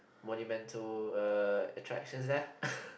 monumental err attractions there